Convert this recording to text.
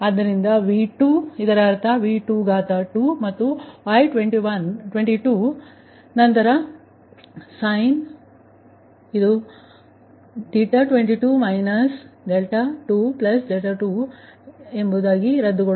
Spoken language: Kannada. ಆದ್ದರಿಂದ ಅದು V2ಇದರರ್ಥ ಅದು |V22| ನಂತರ Y22 ನಂತರ ಸೈನ್ ಅದು 22 22ಅದು ರದ್ದುಗೊಳ್ಳುತ್ತದೆ